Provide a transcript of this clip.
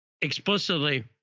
explicitly